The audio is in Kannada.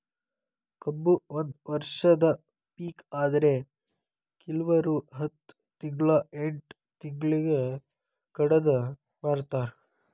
ಕಬ್ಬು ಒಂದ ವರ್ಷದ ಪಿಕ ಆದ್ರೆ ಕಿಲ್ವರು ಹತ್ತ ತಿಂಗ್ಳಾ ಎಂಟ್ ತಿಂಗ್ಳಿಗೆ ಕಡದ ಮಾರ್ತಾರ್